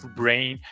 brain